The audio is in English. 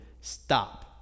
STOP